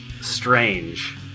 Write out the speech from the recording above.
strange